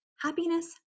happiness